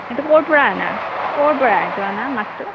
এইটো ক'ৰ পৰা অনা ক'ৰ পৰা এইটো অনা মাছটো